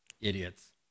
Idiots